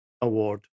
Award